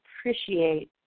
appreciate